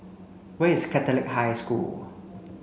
where is Catholic High School